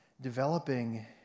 developing